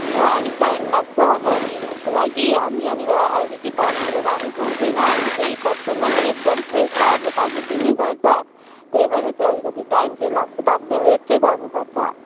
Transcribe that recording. नाइ अलिक टाइम लाग्छ बनिनुको लागि हामी यहाँनिर अलरेडी बनाएर राखेको हुँदैन हामी चाहिँ कस्टमरले एकदम फ्रेस ताजा ताजा दिने गर्छ त्यही भएर चाहिँ अलिकति टाइम चाहिँ लाग्छ तपाईँले वेट चाहिँ गर्नुपर्छ